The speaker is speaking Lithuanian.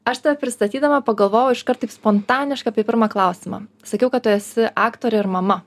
aš pristatydama pagalvojau iškart taip spontaniška apie pirmą klausimą sakiau kad tu esi aktorė ir mama